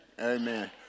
Amen